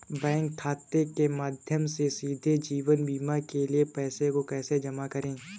Bank खाते के माध्यम से सीधे जीवन बीमा के लिए पैसे को कैसे जमा करें?